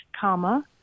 comma